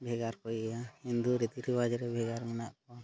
ᱵᱷᱮᱜᱟᱨ ᱠᱚ ᱤᱭᱟᱹᱭᱟ ᱦᱤᱱᱫᱩ ᱨᱤᱛᱤ ᱨᱮᱣᱟᱡᱽ ᱨᱮ ᱵᱷᱮᱜᱟᱨ ᱢᱮᱱᱟᱜ ᱠᱚᱣᱟ